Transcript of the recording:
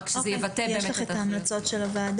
רק שזה יבטא באמת את ה --- יש לך את ההמלצות של הוועדה?